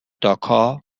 داکا